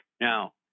Now